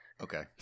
Okay